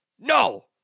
No